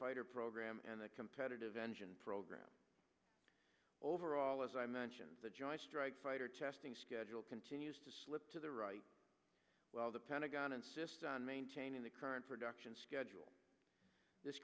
fighter program and the competitive engine program overall as i mentioned the joint strike fighter testing schedule continues to slip to the right while the pentagon insists on maintaining the current production schedule this